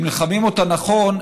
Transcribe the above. אם נלחמים אותה נכון,